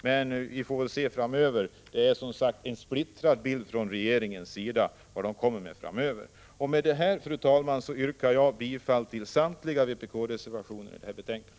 Men vi får väl se framöver — som jag sagt är bilden splittrad beträffande vad regeringen kommer med. Med detta, fru talman, yrkar jag bifall till samtliga vpk-reservationer i detta betänkande.